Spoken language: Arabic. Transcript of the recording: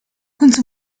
كنت